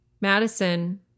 Madison